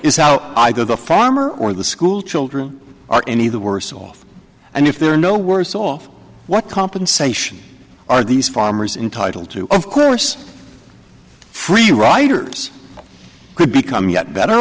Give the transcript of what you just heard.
how i got the farmer or the schoolchildren are any the worse off and if there are no worse off what compensation are these farmers entitle to of course free riders could become yet better